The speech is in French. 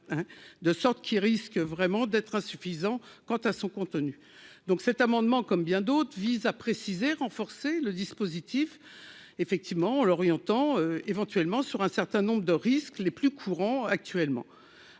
de sorte qu'il risque vraiment d'être insuffisant quant à son contenu, donc cet amendement comme bien d'autres, vise à préciser, renforcer le dispositif effectivement en l'orientant éventuellement sur un certain nombre de risques les plus courants actuellement,